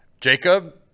Jacob